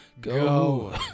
go